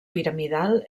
piramidal